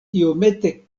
iomete